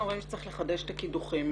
אומרים שצריך לחדש את הקידוחים האקוויפריים.